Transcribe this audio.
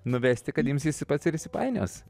nuvesti kad ims jis pats ir įsipainios